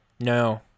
No